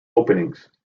openings